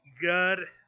good